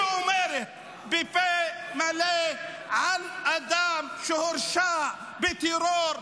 שאומרת בפה מלא על אדם שהורשע בטרור,